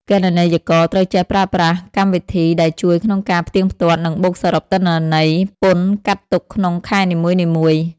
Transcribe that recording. គណនេយ្យករត្រូវចេះប្រើប្រាស់កម្មវិធីដែលជួយក្នុងការផ្ទៀងផ្ទាត់ និងបូកសរុបទិន្នន័យពន្ធកាត់ទុកក្នុងខែនីមួយៗ។